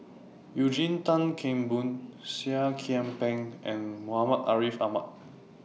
Eugene Tan Kheng Boon Seah Kian Peng and Muhammad Ariff Ahmad